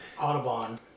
Audubon